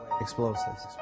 Explosives